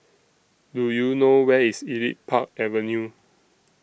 Do YOU know Where IS Elite Park Avenue